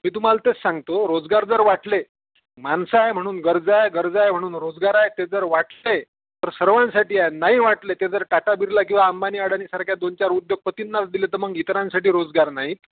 मी तुम्हाला तेच सांगतो रोजगार जर वाटले माणसं आहे म्हणून गरज आहे गरज आहे म्हणून रोजगार आहे ते जर वाटले तर सर्वांसाठी आहे नाही वाटले ते जर टाटा बिर्ला किंवा आंबानी अडानीसारख्या दोन चार उद्योगपतींनाच दिले तर मग इतरांसाठी रोजगार नाहीत